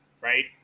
right